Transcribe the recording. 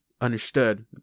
understood